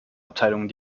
abteilung